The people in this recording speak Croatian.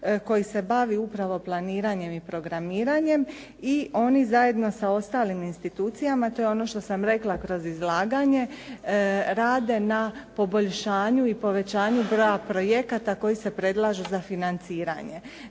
koji se bavi upravo planiranjem i programiranjem i oni zajedno sa ostalim institucijama, to je ono što sam rekla kroz izlaganje, rade na poboljšanju i povećanju broja projekata koji se predlažu za financiranje.